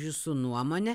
jūsų nuomonę